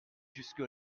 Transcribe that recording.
jusque